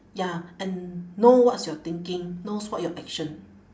ya and know what's your thinking knows what your action